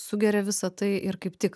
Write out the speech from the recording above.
sugeria visa tai ir kaip tik